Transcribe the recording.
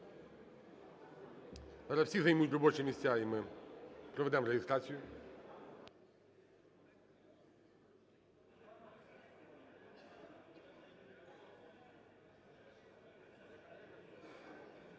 Зараз всі займуть робочі місця, і ми проведемо реєстрацію.